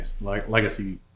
legacy